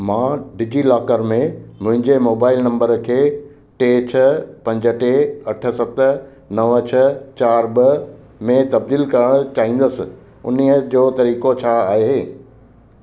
मां डिजीलॉकर में मुंहिंजे मोबाइल नंबर खे टे छह पंज टे अठ सत नवं छ्ह चार ॿ में तब्दील करणु चाहींदुसि उन्हीअ जो तरीक़ो छा आहे